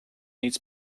needs